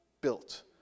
built